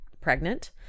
pregnant